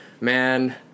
man